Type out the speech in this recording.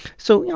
so, you know,